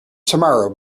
tomorrow